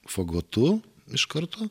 fagotu iš karto